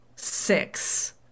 six